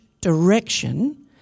direction